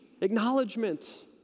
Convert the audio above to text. acknowledgement